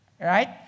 Right